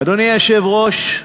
אדוני היושב-ראש,